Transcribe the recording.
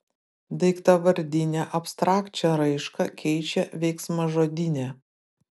daiktavardinę abstrakčią raišką keičia veiksmažodinė